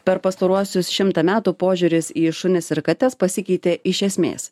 per pastaruosius šimtą metų požiūris į šunis ir kates pasikeitė iš esmės